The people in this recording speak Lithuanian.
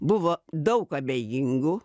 buvo daug abejingų